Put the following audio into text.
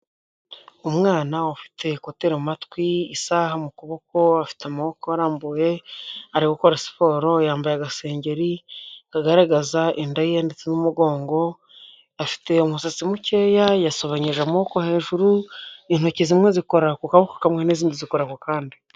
Umwana ufite kuteri mu matwi, isaha mu kuboko afite amaboko arambuye ari gukora siporo yambaye agasengeri kagaragaza inda ye ndetse n'umugongo, afite umusatsi mukeya yasobanyije amaboko hejuru, intoki zimwe zikora ku kaboko kamwe n'izindi zikora ku kandi.